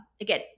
again